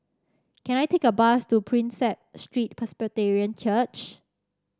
can I take a bus to Prinsep Street Presbyterian Church